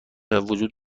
وجود